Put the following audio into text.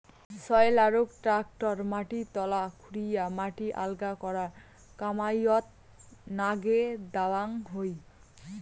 সয়েলারক tractor মাটি তলা খুরিয়া মাটি আলগা করার কামাইয়ত নাগে দ্যাওয়াং হই